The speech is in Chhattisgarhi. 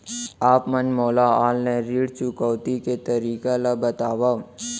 आप मन मोला ऑनलाइन ऋण चुकौती के तरीका ल बतावव?